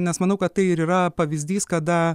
nes manau kad tai ir yra pavyzdys kada